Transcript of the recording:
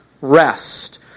rest